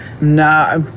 Nah